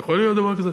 יכול להיות דבר כזה?